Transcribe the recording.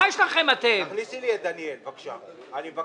לא